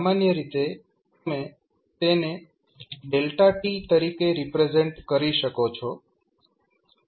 સામાન્ય રીતે તમે તેને તરીકે રિપ્રેઝેન્ટ કરી શકો છો